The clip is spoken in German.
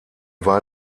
war